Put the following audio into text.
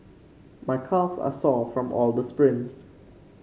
my calves are sore from all the sprints